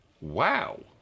Wow